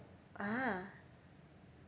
ah